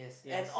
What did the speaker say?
yes